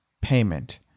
payment